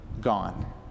gone